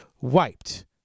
wiped